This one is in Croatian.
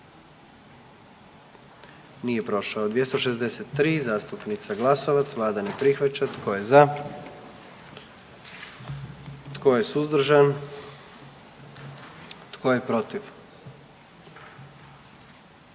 44. Kluba zastupnika SDP-a, vlada ne prihvaća. Tko je za? Tko je suzdržan? Tko je protiv?